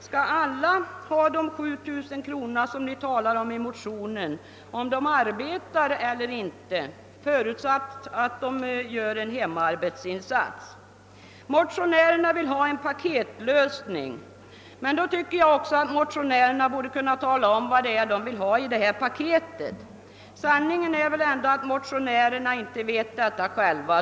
Skall alla ha de 7000 kronor ni skriver om i motionen oavsett om de arbetar eller inte, bara de gör en hemarbetsinsats? Motionärerna vill ha en paketlösning. Men då tycker jag att motionärerna också borde kunna tala om vad det är de vill ha i paketet. Sanningen är att motionärerna inte själva vet detta.